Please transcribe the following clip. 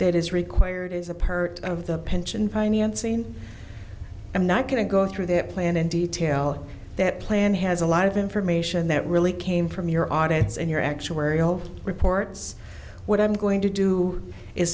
that is required is a pervert of the pension financing i'm not going to go through that plan in detail that plan has a lot of information that really came from your audits and your actuarial reports what i'm going to do is